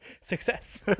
success